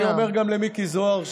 אני אומר גם למיקי זוהר,